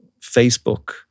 Facebook